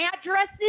addresses